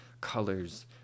colors